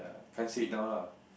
can't say it now lah